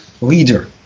leader